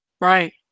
Right